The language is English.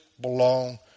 belong